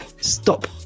Stop